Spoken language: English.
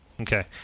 Okay